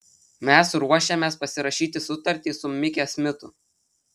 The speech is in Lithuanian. mes ruošiamės pasirašyti sutartį su mike smitu